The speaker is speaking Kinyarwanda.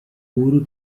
uhuru